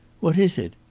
what is it?